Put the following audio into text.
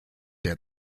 der